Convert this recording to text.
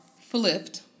flipped